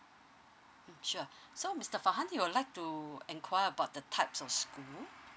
sure so mister fahab you would like to enquire about the types of school